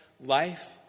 life